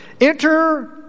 enter